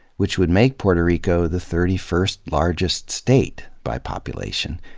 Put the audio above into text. which would make puerto rico the thirty first largest state, by population,